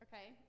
Okay